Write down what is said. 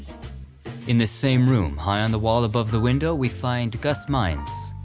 in the same room high on the wall above the window we find gus meins.